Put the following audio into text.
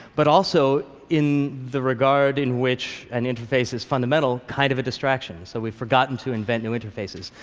but also in the regard in which an interface is fundamental kind of a distraction. so we've forgotten to invent new interfaces.